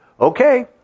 okay